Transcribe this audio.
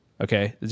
Okay